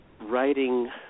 writing